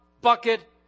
bucket